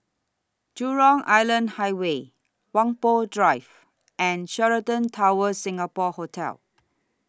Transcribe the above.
Jurong Island Highway Whampoa Drive and Sheraton Towers Singapore Hotel